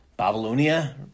Babylonia